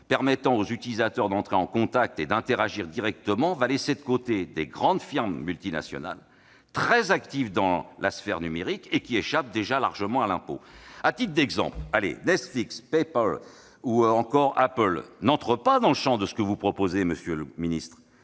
permettant aux utilisateurs d'entrer en contact entre eux et d'interagir directement, laissera de côté de grandes firmes multinationales très actives dans la sphère numérique, qui échappent déjà largement à l'impôt. À titre d'exemple, Netflix, PayPal ou encore Apple n'entrent pas dans le champ de ce que vous proposez ! Vous vous